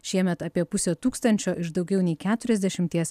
šiemet apie pusę tūkstančio iš daugiau nei keturiasdešimties